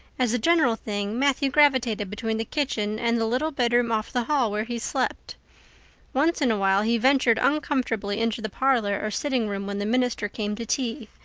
as a general thing matthew gravitated between the kitchen and the little bedroom off the hall where he slept once in a while he ventured uncomfortably into the parlor or sitting room when the minister came to tea.